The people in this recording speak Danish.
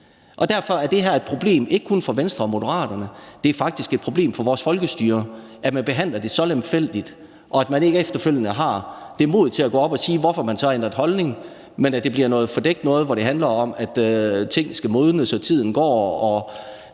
Derfor er det her et problem, ikke kun for Venstre og Moderaterne. Det er faktisk et problem for vores folkestyre, at man behandler det så lemfældigt, og at man ikke efterfølgende har modet til at gå op og sige, hvorfor man så har ændret holdning, men at det bliver noget fordækt noget, hvor det handler om, at ting skal modnes og tiden går og